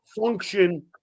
function